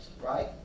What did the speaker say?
right